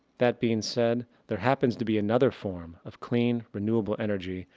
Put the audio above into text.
that being said, there happens to be another form of clean renewable energy,